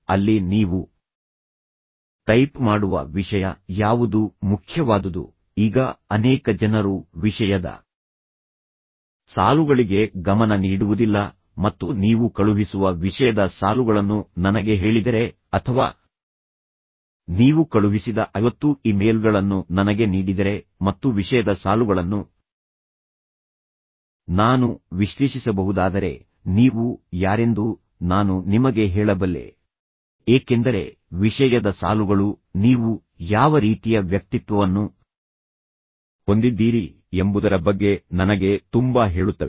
ಅಲ್ಲಿ ನೀವು ಟೈಪ್ ಮಾಡುವ ವಿಷಯ ಯಾವುದು ಮುಖ್ಯವಾದುದು ಈಗ ಅನೇಕ ಜನರು ವಿಷಯದ ಸಾಲುಗಳಿಗೆ ಗಮನ ನೀಡುವುದಿಲ್ಲ ಮತ್ತು ನೀವು ಕಳುಹಿಸುವ ವಿಷಯದ ಸಾಲುಗಳನ್ನು ನನಗೆ ಹೇಳಿದರೆ ಅಥವಾ ನೀವು ಕಳುಹಿಸಿದ 50 ಇಮೇಲ್ಗಳನ್ನು ನನಗೆ ನೀಡಿದರೆ ಮತ್ತು ವಿಷಯದ ಸಾಲುಗಳನ್ನು ನಾನು ವಿಶ್ಲೇಷಿಸಬಹುದಾದರೆ ನೀವು ಯಾರೆಂದು ನಾನು ನಿಮಗೆ ಹೇಳಬಲ್ಲೆ ಏಕೆಂದರೆ ವಿಷಯದ ಸಾಲುಗಳು ನೀವು ಯಾವ ರೀತಿಯ ವ್ಯಕ್ತಿತ್ವವನ್ನು ಹೊಂದಿದ್ದೀರಿ ಎಂಬುದರ ಬಗ್ಗೆ ನನಗೆ ತುಂಬಾ ಹೇಳುತ್ತವೆ